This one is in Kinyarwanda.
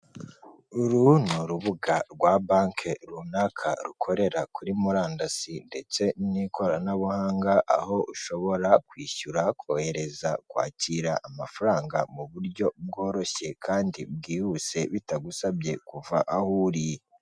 Uru ni urubuga rwa banki runaka rukorera kuri murandasi ndetse n'ikoranabuhanga aho ushobora kwishyura kohereza kwakira amafaranga mu buryo bworoshye kandi bwihuse bitagusabye kuva aho uri.